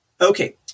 Okay